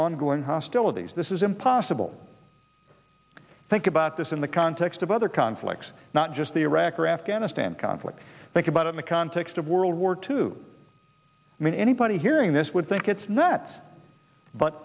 ongoing hostilities this is impossible think about this in the context of other conflicts not just iraq or afghanistan conflict think about in the context of world war two i mean anybody hearing this would think it's nuts but